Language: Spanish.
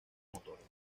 motores